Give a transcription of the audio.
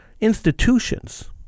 institutions